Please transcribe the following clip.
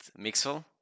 Mixel